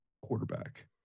quarterback